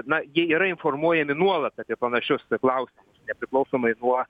na jie yra informuojami nuolat apie panašius klausimus nepriklausomai nuo